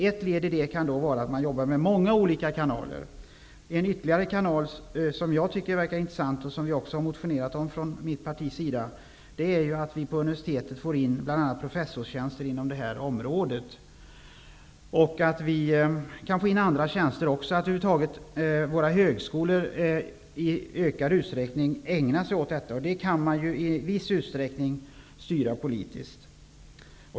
Ett led i det kan vara att man jobbar med många olika kanaler. En kanal som jag tycker verkar intressant, och som vi i mitt parti har motionerat om, är att vi på universitetet får in bl.a. professorstjänster inom det här området och att vi kan få in andra tjänster också så att våra högskolor i ökad utsträckning ägnar sig åt detta. Det kan man i viss utsträckning styra politiskt.